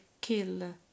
kill